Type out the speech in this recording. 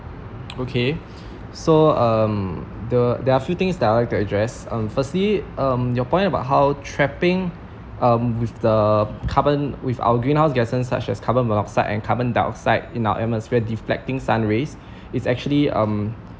okay so um the there are a few things that I'd like to address um firstly um your point about how trapping um with the carbon with our greenhouse gasses such as carbon monoxide and carbon dioxide in our atmosphere deflecting sun rays is actually um